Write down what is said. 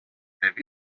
have